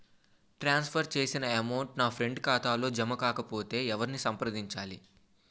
ట్రాన్స్ for చేసిన amount నా friend ఖాతాలో జమ కాకపొతే ఎవరిని సంప్రదించాలి?